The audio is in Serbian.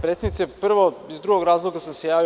Predsednice, prvo iz drugog razloga sam se javio.